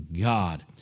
God